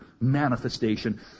manifestation